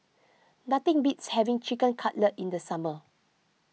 nothing beats having Chicken Cutlet in the summer